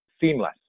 seamless